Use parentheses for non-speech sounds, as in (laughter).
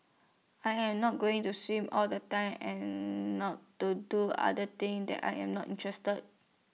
I am not going to swim all the time and (hesitation) not to do other things that I am not interested